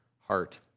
heart